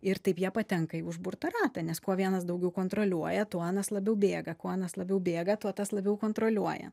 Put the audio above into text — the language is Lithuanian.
ir taip jie patenka į užburtą ratą nes kuo vienas daugiau kontroliuoja tuo anas labiau bėga kuo anas labiau bėga tuo tas labiau kontroliuoja